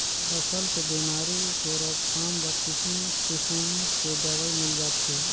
फसल के बेमारी के रोकथाम बर किसिम किसम के दवई मिल जाथे